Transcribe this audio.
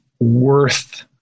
worth